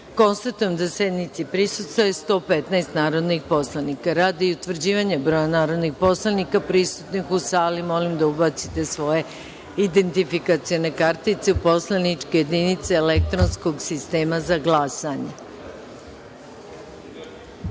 konstatujem da sednici prisustvuje 115 narodnih poslanika. Radi utvrđivanja broja narodnih poslanika prisutnih u sali, molim narodne poslanike da ubace svoje identifikacione kartice u poslaničke jedinice elektronskog sistema za